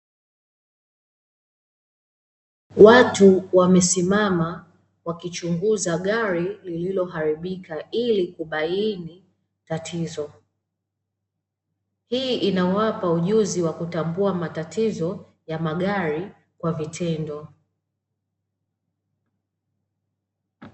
Watu wamesimama wakichunguza gari lililoharibika ili kubaini tatizo, hii inawapa ujuzi wa kutambua matatizo ya magari kwa vitendo.